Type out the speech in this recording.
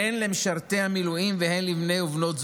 הן למשרתי המילואים והן לבני ובנות זוגם,